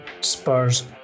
Spurs